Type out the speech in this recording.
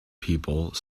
people